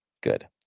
good